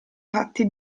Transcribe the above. fatti